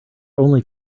only